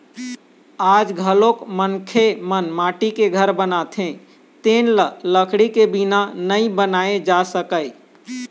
आज घलोक मनखे मन माटी के घर बनाथे तेन ल लकड़ी के बिना नइ बनाए जा सकय